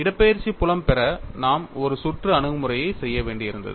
இடப்பெயர்ச்சி புலம் பெற நாம் ஒரு சுற்று அணுகுமுறையை செய்ய வேண்டியிருந்தது